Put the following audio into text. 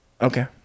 Okay